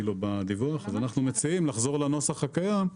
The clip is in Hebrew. אנחנו מציעים לחזור לנוסח הקיים,